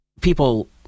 People